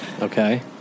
okay